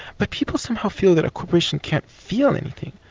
but people somehow feel that a corporation can't feel anything.